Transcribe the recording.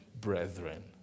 brethren